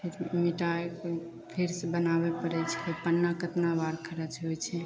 फेर मिटैके फेरसे बनाबे पड़ै छै पन्ना कतना बार खरच होइ छै